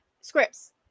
scripts